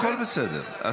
הכול בסדר,